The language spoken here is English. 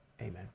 Amen